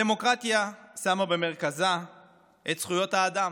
הדמוקרטיה שמה במרכזה את זכויות האדם,